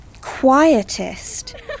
quietest